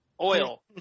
Oil